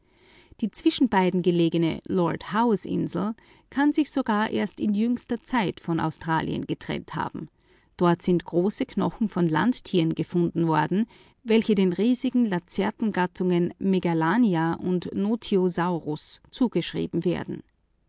die zwischen beiden gelegene lord howe insel kann erst in jüngster zeit isoliert worden sein dort sind große knochen von landtieren gefunden worden welche den riesigen eidechsengattungen megalania und notiosaurus zugeschrieben werden